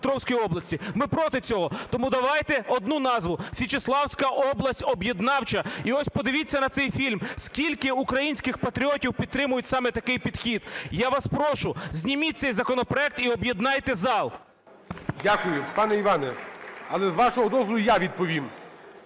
Дякую. Пане Іване, але, з вашого дозволу, я відповім.